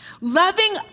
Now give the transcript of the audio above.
Loving